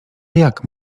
jak